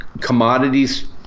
commodities